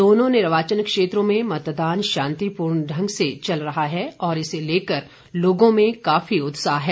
दोनों निर्वाचन क्षेत्रों में मतदान शांतिपूर्ण ढंग से चल रहा है और इसे लेकर लोगों में काफी उत्साह है